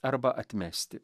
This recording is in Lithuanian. arba atmesti